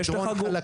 זה מדרון חלקלק.